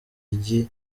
igi